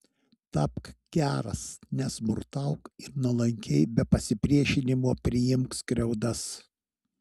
tapk geras nesmurtauk ir nuolankiai be pasipriešinimo priimk skriaudas